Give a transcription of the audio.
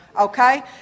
Okay